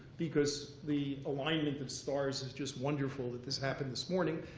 because the alignment of stars is just wonderful that this happened this morning.